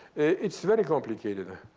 it's very complicated.